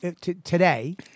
today